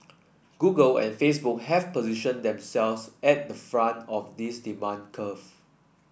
Google and Facebook have positioned themselves at the front of this demand curve